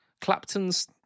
Clapton's